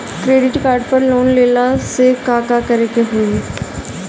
Credit card पर loan लेला से का का करे क होइ?